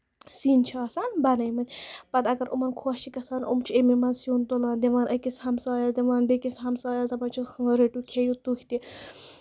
سِنۍ چھِ آسان بَنٲیمٕتۍ پَتہ اَگر یِمَن خۄش چھُ گژھان یِم چھِ اَمی منٛز سیُن تُان دِوان أکِس ہَمسایَس دِوان بیٚیہِ کِس ہَمسایَس دَپان چھِکھ رٹِو کھیٚیو تُہۍ تہِ